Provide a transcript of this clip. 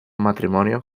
matrimonio